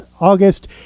August